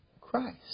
Christ